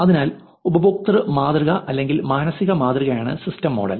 അതിനാൽ ഉപയോക്തൃ മാതൃക അല്ലെങ്കിൽ മാനസിക മാതൃകയാണ് സിസ്റ്റം മോഡൽ